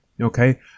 Okay